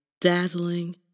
dazzling